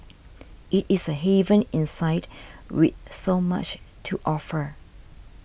it is a haven inside with so much to offer